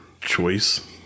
choice